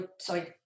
Sorry